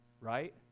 right